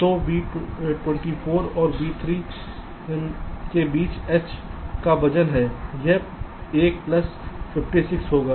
तो V24 और V3 के बीच h का वजन यह 1 प्लस 56 होगा